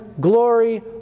glory